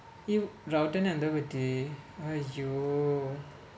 you router !aiyo!